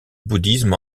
bouddhisme